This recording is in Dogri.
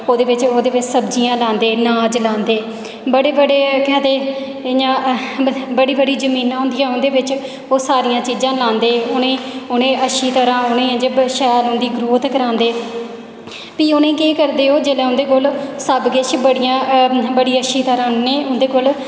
ओह्दे बिच्च ओह्दे बिच्च सब्जियां लांगदे अनाज लांदे बड़े बड़े केह् आखदे इ'यां बड़ी बड़ी जमीनां होंदियां उं'दे बिच्च ओह् सारियां चीजां लांदे उ'नेंगी उ'नेंगी अच्छी तरह् उ'नेंगी शैल उंदी ग्रोथ करांदे फ्ही उ'नेंगी केह् करदे ओह् जिसलै उं'दे कोल सब किश बड़ियां बड़ी अच्छी तरह् उं'दे कोल